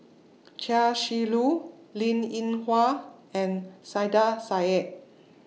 Chia Shi Lu Linn in Hua and Saiedah Said